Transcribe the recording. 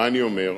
מה אני אומר?